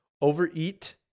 Overeat